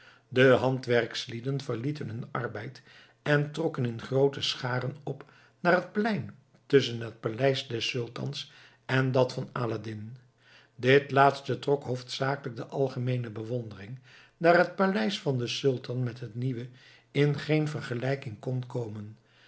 de handwerkslieden verlieten hun arbeid en trokken in groote scharen op naar het plein tusschen het paleis des sultans en dat van aladdin dit laatste trok hoofdzakelijk de algemeene bewondering daar het paleis van den sultan met het nieuwe in geen vergelijking kon komen